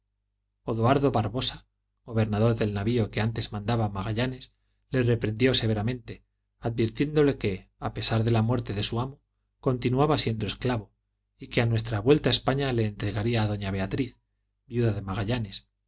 odoardo barbosa gobernador del navio que antes mandaba magallanes le reprendió severamente advirtiéndole que a pesar de la muerte de su amo continuaba siendo esclavo y que a nuestra vuelta a españa le entregaría a doña beatriz viuda de magallanes